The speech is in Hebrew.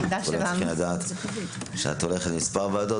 כולם צריכים לדעת שאת הולכת למספר ועדות